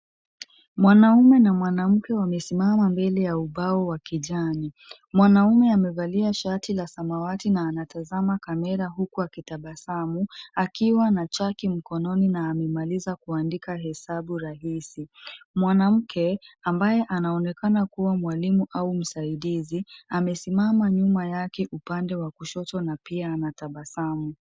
Mwanaume na mwanamke wamesimama mbele ya ubao wa kijani. Mwanaume amevalia shati la samawati na anatazama kamera huku akitabasamu, akiwa na chaki mkononi na amemaliza kuandika hesabu rahisi. Mwanamke, ambaye anaonekana kama mwalimu au msaidizi, amesimama nyuma yake upande wa kushoto na pia anatabasamu.